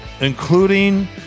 including